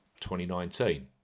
2019